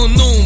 no